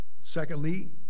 Secondly